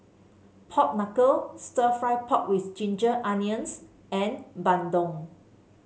Pork Knuckle stir fry pork with Ginger Onions and bandung